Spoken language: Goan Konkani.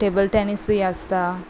टेबल टेनीस बी आसता